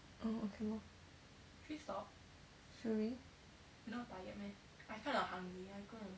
oh okay lor should we